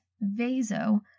vaso